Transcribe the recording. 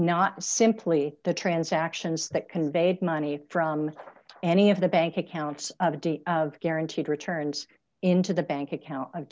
not simply the transactions that conveyed money from any of the bank accounts out of date guaranteed returns into the bank account